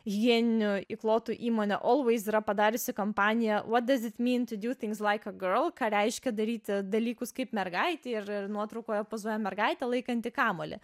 higieninių įklotų įmonė always yra padariusi kampaniją what does it mean to do things like a girl ką reiškia daryti dalykus kaip mergaitei ir nuotraukoje pozuoja mergaitė laikanti kamuolį